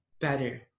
better